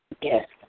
Yes